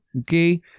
okay